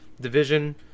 Division